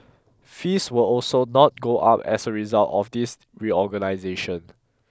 fees will also not go up as a result of this reorganization